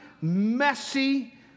messy